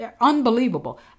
unbelievable